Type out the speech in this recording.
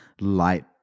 light